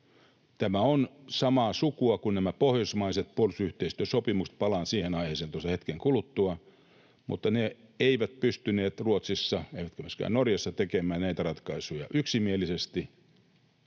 Tämä on samaa sukua kuin nämä pohjoismaiset puolustusyhteistyösopimukset. Palaan siihen aiheeseen tuossa hetken kuluttua. Ei pystytty Ruotsissa eikä myöskään Norjassa tekemään näitä ratkaisuja yksimielisesti.